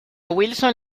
wilson